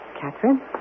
Catherine